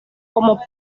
como